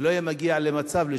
ולא היה מגיע למצב של